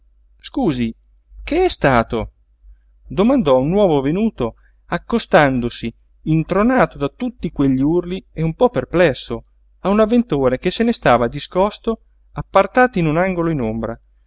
scusi che è stato domandò un nuovo venuto accostandosi intronato da tutti quegli urli e un po perplesso a un avventore che se ne stava discosto appartato in un angolo in ombra